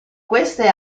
queste